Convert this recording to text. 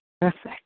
Perfect